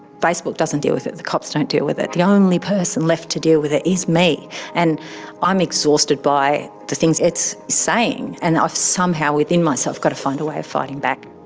facebook doesn't deal with it, the cops don't deal with it. the only person left to deal with is me and i'm exhausted by the things it's saying and i've somehow within myself got to find a way of fighting back.